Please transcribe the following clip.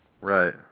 Right